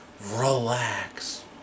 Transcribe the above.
Relax